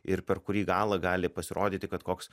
ir per kurį galą gali pasirodyti kad koks